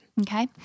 Okay